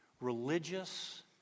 religious